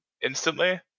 instantly